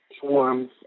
forms